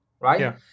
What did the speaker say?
right